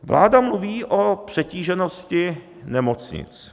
Vláda mluví o přetíženosti nemocnic.